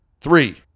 Three